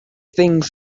things